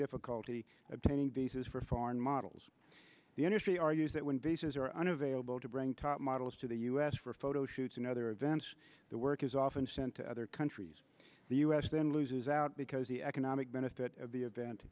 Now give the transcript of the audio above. difficulty obtaining visas for foreign models the industry argues that when bases are unavailable to bring top models to the u s for photo shoots and other events the work is often sent to other countries the u s then loses out because the economic benefit of the event